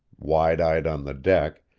wide-eyed on the deck,